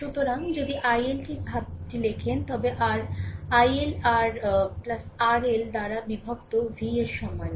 সুতরাং যদি ILটির ভাবটি লিখেন তবে আর IL আর RL দ্বারা বিভক্ত v এর সমান